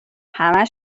همه